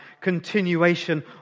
continuation